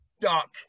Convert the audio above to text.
Duck